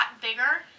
bigger